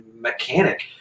mechanic